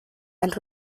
and